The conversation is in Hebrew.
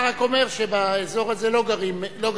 אתה רק אומר שבאזור הזה לא גרים אסקימוסים.